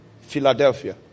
Philadelphia